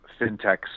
fintechs